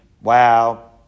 Wow